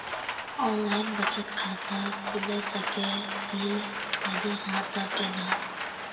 Online बचत खाता खुलै सकै इ, यदि हाँ त केना?